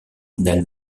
finale